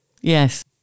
Yes